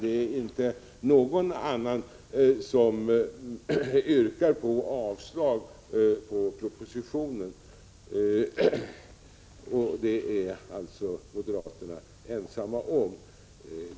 Det är inte någon annan som yrkar avslag på propositionen utan det är moderaterna ensamma om.